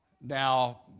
Now